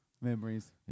Memories